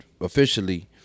officially